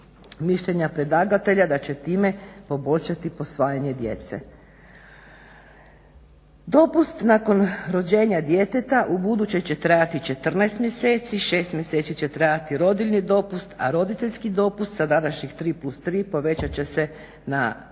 mišljenja predlagatelja da će time poboljšati posvajanje djece. Dopust nakon rođenja djeteta ubuduće će trajati 14 mjeseci, 6 mjeseci će trajati roditljni dopust, a roditeljski dopust sa današnjih 3+3 povećat će se na 8,